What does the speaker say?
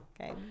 Okay